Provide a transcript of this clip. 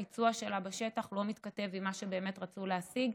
הביצוע שלה בשטח לא מתכתב עם מה שבאמת רצו להשיג.